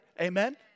Amen